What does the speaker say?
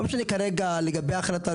לא משנה כרגע לגבי החלטה,